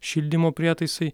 šildymo prietaisai